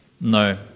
No